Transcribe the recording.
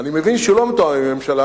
אני מבין שהיא לא מתואמת עם הממשלה,